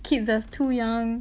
kids are too young